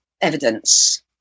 evidence